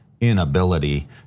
inability